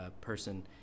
person